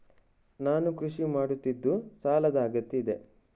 ನಾನು ಕೃಷಿ ಮಾಡುತ್ತಿದ್ದು ಸಾಲದ ಅಗತ್ಯತೆ ಇದೆ?